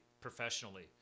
professionally